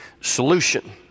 solution